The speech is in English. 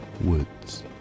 woods